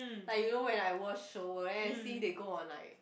like you know when I watch show then I see they go on like